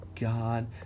God